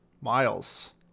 miles